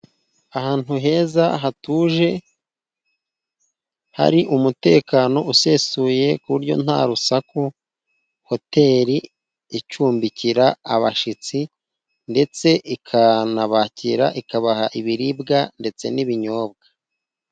Ahantu heza hatuje hari umutekano usesuye ku buryo nta rusaku, hoteli icumbikira abashyitsi ndetse ikanabakira ikabaha ibiribwa ndetse n'ibinyobwa.